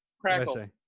Crackle